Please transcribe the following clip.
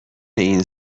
این